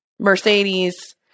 mercedes